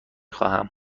خواهم